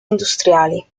industriali